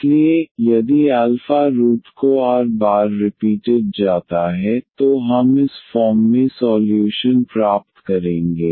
इसलिए यदि α जड़ को r बार रिपीटेड जाता है तो हम इस फॉर्म में सॉल्यूशन प्राप्त करेंगे